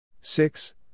Six